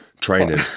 training